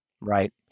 Right